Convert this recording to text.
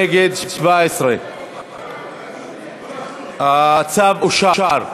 נגד, 17. הצו אושר.